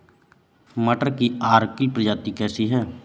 मटर की अर्किल प्रजाति कैसी है?